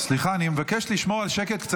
אני מבקש לשמור קצת על שקט.